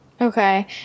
Okay